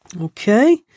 Okay